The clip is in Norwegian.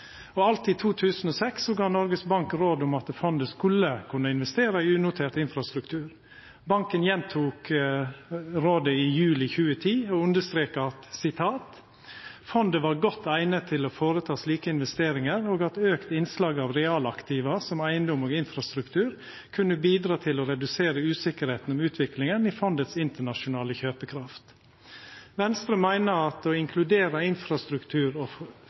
i 2006 gav Noregs Bank råd om at fondet skulle kunna investera i unotert infrastruktur. Banken gjentok rådet i juli 2010 og understreka at «fondet var godt egnet til å foreta slike investeringer», og at auka innsats av realaktiva som eigedom og infrastruktur kunne bidra til å redusera usikkerheita om utviklinga i fondets internasjonale kjøpekraft. Venstre meiner at å inkludera infrastruktur for fornybar energi er viktig og